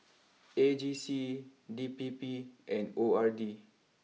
A G C D P P and O R D